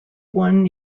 won